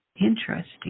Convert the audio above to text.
interesting